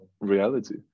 reality